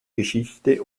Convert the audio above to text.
geschichte